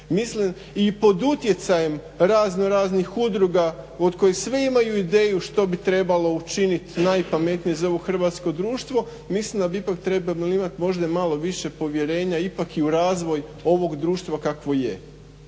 otvorit i pod utjecajem raznoraznih udruga od kojih svi imaju ideju što bi trebalo učinit najpametnije za ovo hrvatsko društvo mislim da bi ipak trebali imat možda malo više povjerenja ipak i u razvoj ovog društva kakvo je,